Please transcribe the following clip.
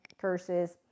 curses